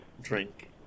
Drink